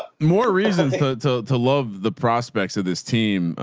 more reasons to love the prospects of this team.